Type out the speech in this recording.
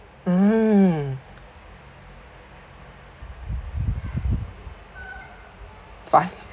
mm fun